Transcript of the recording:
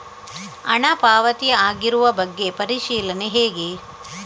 ಹಣ ಪಾವತಿ ಆಗಿರುವ ಬಗ್ಗೆ ಪರಿಶೀಲನೆ ಹೇಗೆ?